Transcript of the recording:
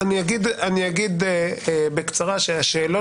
אני אגיד בקצרה שהשאלות